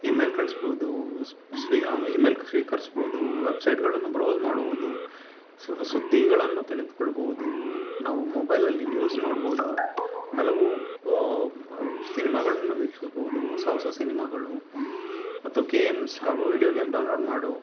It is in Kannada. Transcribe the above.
ಇಮೇಲ್ ಕಳಿಸ್ಬೋದು ಸ್ವೀ ಇಮೇಲ್ ಸ್ವೀಕರಿಸ್ಬೋದು ವೆಬ್ಸೈಟ್ಗಳನ್ನು ಬ್ರೌಸ್ ಮಾಡ್ಬೋದು ಸುದ್ದಿಗಳನ್ನು ತಿಳಿದುಕೊಳ್ಬೋದು ನಾವು ಮೊಬೈಲಲ್ಲಿ ನ್ಯೂಸ್ ನೋಡ್ಬೋದು ಹಲವು ಸಿನಿಮಾಗಳನ್ನು ವೀಕ್ಷಿಸ್ಬೋದು ಹೊಸ ಹೊಸ ಸಿನಿಮಾಗಳು ಮತ್ತು ಗೇಮ್ಸ್ ಹಾಗೂ ವೀಡಿಯೋ ಗೇಮ್ ಡೌನ್ಲೋಡ್ ಮಾಡು